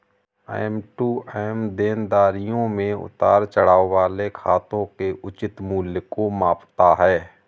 M to M देनदारियों में उतार चढ़ाव वाले खातों के उचित मूल्य को मापता है